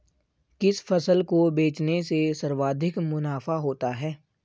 किस फसल को बेचने से सर्वाधिक मुनाफा होता है?